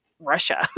Russia